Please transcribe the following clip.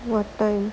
what time